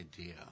idea